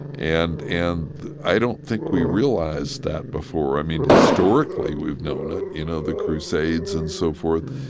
and and i don't think we realized that before. i mean, historically we've known it, you know, the crusades and so forth,